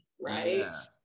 right